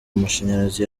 mashanyarazi